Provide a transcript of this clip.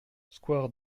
square